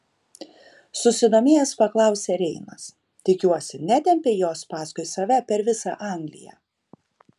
susidomėjęs paklausė reinas tikiuosi netempei jos paskui save per visą angliją